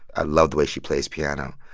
i love the way she plays piano.